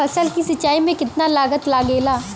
फसल की सिंचाई में कितना लागत लागेला?